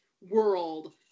world